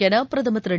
எனபிரதமர் திரு